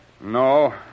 No